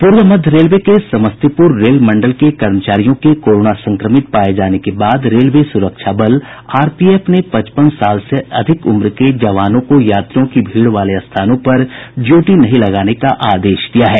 पूर्व मध्य रेलवे के समस्तीपूर रेल मंडल के कर्मचारियों के कोरोना संक्रमित पाये जाने के बाद रेलवे सुरक्षा बल आरपीएफ ने पचपन साल से अधिक उम्र के जवानों को यात्रियों की भीड़ वाले स्थानों पर ड्यूटी नहीं लगाने का आदेश दिया है